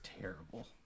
terrible